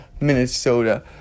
Minnesota